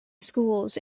schools